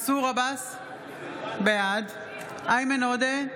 בעד איימן עודה,